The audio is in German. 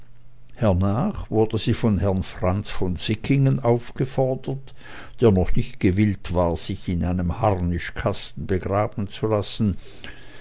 hernach wurde sie von herrn franz von sickingen aufgefordert der noch nicht gewillt war sich in einem harnischkasten begraben zu lassen